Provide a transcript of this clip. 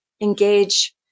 engage